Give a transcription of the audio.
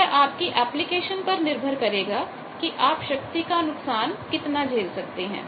यह आपकी एप्लीकेशन पर निर्भर करेगा कि आप शक्ति का कितना नुकसान झेल सकते हैं